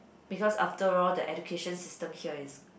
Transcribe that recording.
because after all the education system here is